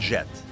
Jet